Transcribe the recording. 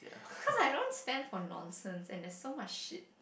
cause I don't stand for nonsense and there's so much shit